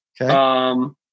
Okay